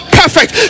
perfect